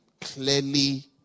clearly